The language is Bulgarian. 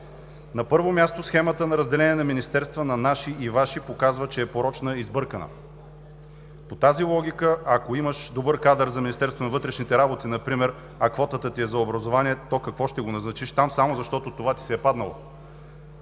На първо място, схемата на разделение на министерствата на „наши“ и „ваши“ показва, че е порочна и сбъркана. По тази логика, ако имаш добър кадър за Министерството на вътрешните работи например, а квотата ти е за образованието, то, какво, ще го назначиш там само защото това ти се е паднало?!